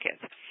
kids